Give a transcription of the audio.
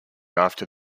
after